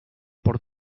por